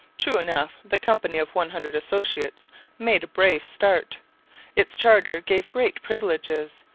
true enough, the company of one hundred associates made a brave start its charter gave great privileges,